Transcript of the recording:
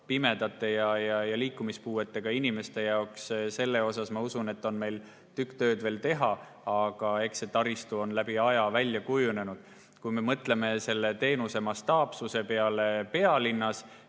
pimedate ja liikumispuudega inimeste jaoks? Ma arvan, et siin on meil tükk tööd veel teha. Aga eks see taristu ole läbi aja välja kujunenud. Kui me mõtleme selle teenuse mastaapsuse peale pealinnas,